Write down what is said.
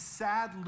sad